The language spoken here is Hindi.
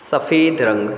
सफ़ेद रंग